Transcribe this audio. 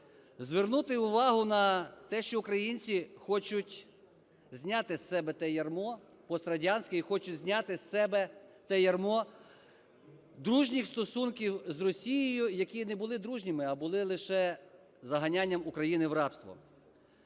себе те ярмо пострадянське і хочуть зняти з себе те ярмо дружніх стосунків з Росією, які не були дружніми, а були лише заганянням України в рабство.